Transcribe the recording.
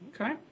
Okay